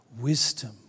Wisdom